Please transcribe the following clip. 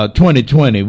2020